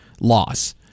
loss